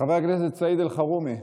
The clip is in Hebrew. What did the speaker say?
חבר הכנסת סעיד אלחרומי,